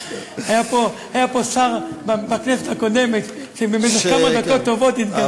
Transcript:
היה פה שר בכנסת הקודמת שבמשך כמה דקות טובות התגלגל.